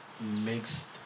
mixed